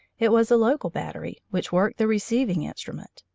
it was a local battery which worked the receiving instrument,